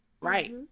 Right